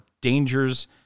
dangers